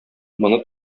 моны